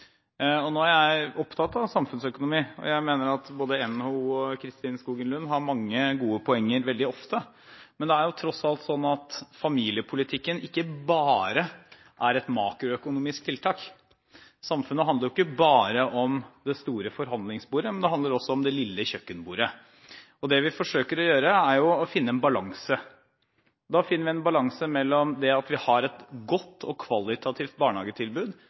Nå er jeg opptatt av samfunnsøkonomi, og jeg mener at både NHO og Kristin Skogen Lund har mange gode poenger veldig ofte, men det er tross alt sånn at familiepolitikken ikke bare er et makroøkonomisk tiltak. Samfunnet handler ikke bare om det store forhandlingsbordet, det handler også om det lille kjøkkenbordet. Det vi forsøker å gjøre, er å finne en balanse. Da finner vi en balanse mellom det at vi har et kvalitativt godt barnehagetilbud for dem som ønsker det, og